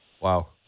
Wow